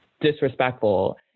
disrespectful